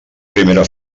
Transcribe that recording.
primera